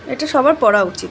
এটা সবার পড়া উচিত